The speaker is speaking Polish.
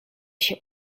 się